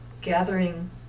gathering